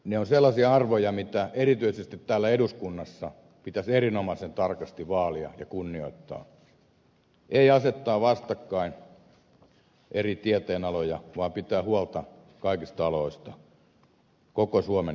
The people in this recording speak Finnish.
ne ovat sellaisia arvoja joita erityisesti täällä eduskunnassa pitäisi erinomaisen tarkasti vaalia ja kunnioittaa ei asettaa vastakkain eri tieteenaloja vaan pitää huolta kaikista aloista koko suomen eduksi